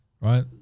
right